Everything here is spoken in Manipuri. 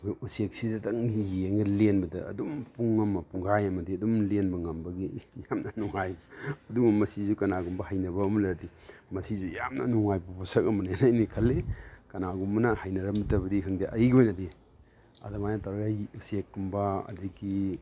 ꯑꯩꯈꯣꯏ ꯎꯆꯦꯛꯁꯤꯗꯗꯪ ꯌꯦꯡꯉꯒ ꯂꯦꯟꯕꯗ ꯑꯗꯨꯝ ꯄꯨꯡ ꯑꯃ ꯄꯨꯡꯒꯥꯏ ꯑꯃꯗꯤ ꯑꯗꯨꯝ ꯂꯦꯟꯕ ꯉꯝꯕꯒꯤ ꯌꯥꯝꯅ ꯅꯨꯡꯉꯥꯏ ꯑꯗꯨꯒ ꯃꯁꯤꯁꯨ ꯀꯅꯥꯒꯨꯝꯕ ꯍꯩꯅꯕ ꯑꯃ ꯂꯩꯔꯗꯤ ꯃꯁꯤꯁꯨ ꯌꯥꯝꯅ ꯅꯨꯡꯉꯥꯏꯕ ꯄꯣꯠꯁꯛ ꯑꯃꯅꯦꯅ ꯑꯩꯅ ꯈꯜꯂꯤ ꯀꯅꯥꯒꯨꯝꯕꯅ ꯍꯩꯅꯔꯝꯗꯕꯗꯤ ꯈꯪꯗꯦ ꯑꯩꯒꯤ ꯑꯣꯏꯅꯗꯤ ꯑꯗꯨꯃꯥꯏꯅ ꯇꯧꯔꯒ ꯑꯩ ꯎꯆꯦꯛꯀꯨꯝꯕ ꯑꯗꯒꯤ